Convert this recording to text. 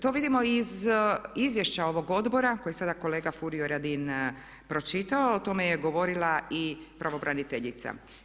To vidimo i iz izvješća ovog odbora koji je sada kolega Furio Radin pročitao, o tome je govorila i pravobraniteljica.